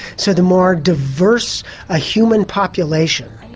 so the more diverse a human population,